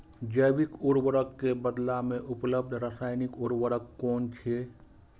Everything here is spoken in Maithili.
जैविक उर्वरक के बदला में उपलब्ध रासायानिक उर्वरक कुन छै?